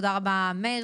תודה רבה מאיר,